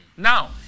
Now